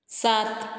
सात